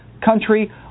country